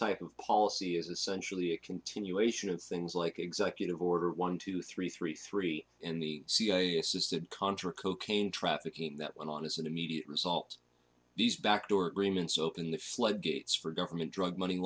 type of policy is essentially a continuation of things like executive order one two three three three and the cia assisted contra cocaine trafficking that went on is an immediate result of these backdoor agreements open the floodgates for government drug money